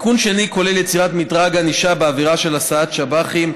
תיקון שני כולל יצירת מדרג ענישה בעבירה של הסעת שב"חים,